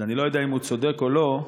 אז אני לא יודע אם הוא צודק או לא,